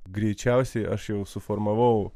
greičiausiai aš jau suformavau